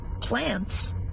plants